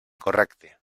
correcte